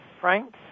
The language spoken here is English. Frank